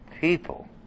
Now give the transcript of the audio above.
people